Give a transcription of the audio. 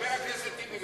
חבר הכנסת טיבי,